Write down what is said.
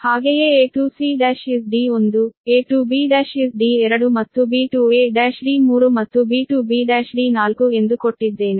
ಹಾಗೆಯೇ a to c' is d1 a to b' is d2 ಮತ್ತು b to a' d3 ಮತ್ತು b to b' d4 ಎಂದು ಕೊಟ್ಟಿದ್ದೇನೆ